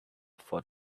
for